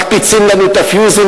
מקפיצים לנו את הפיוזים,